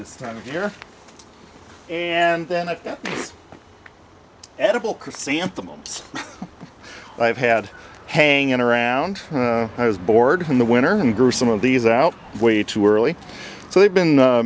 this time of year and then an edible chrysanthemums i've had hanging around i was bored in the winter and grew some of these out way too early so they've been